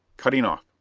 cutting off.